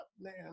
Man